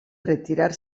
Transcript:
retirar